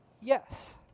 yes